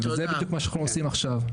זה בדיוק מה שאנחנו עושים עכשיו.